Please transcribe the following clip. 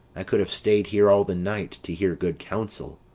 i could have stay'd here all the night to hear good counsel.